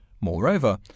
Moreover